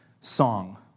song